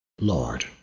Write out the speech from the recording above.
Lord